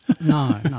no